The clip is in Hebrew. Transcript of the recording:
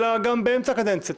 אלא גם באמצע קדנציה.